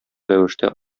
рәвештә